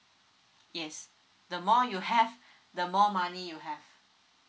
yes the more you have the more money you have